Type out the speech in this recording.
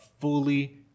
fully